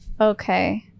Okay